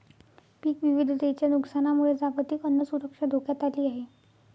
पीक विविधतेच्या नुकसानामुळे जागतिक अन्न सुरक्षा धोक्यात आली आहे